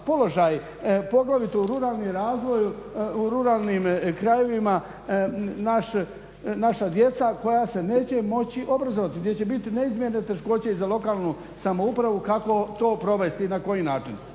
položaj, poglavito u ruralnim krajevima naša djeca koja se neće moći obrazovati, gdje će bit neizmjerne teškoće i za lokalnu samoupravu kako to provesti i na koji način.